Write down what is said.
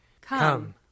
Come